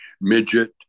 midget